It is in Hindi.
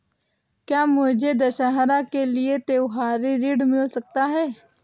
क्या मुझे दशहरा के लिए त्योहारी ऋण मिल सकता है?